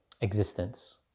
existence